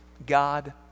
God